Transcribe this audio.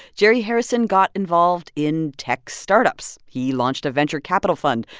jerry harrison got involved in tech startups. he launched a venture capital fund.